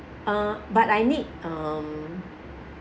uh but I need um